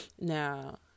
Now